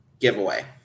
giveaway